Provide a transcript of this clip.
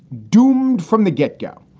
doomed from the get go.